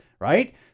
Right